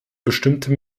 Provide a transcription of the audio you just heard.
bestimmte